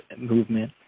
movement